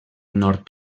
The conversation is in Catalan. nord